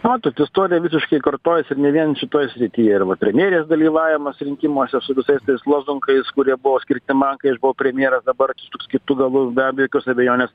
matot istorija visiškai kartojasi ir ne vien šitoj srity ir va premjerės dalyvavimas rinkimuose su visais tais lozungais kurie buvo skirti man kai aš buvau premjeras dabar atsisuks kitu galu be be jokios abejonės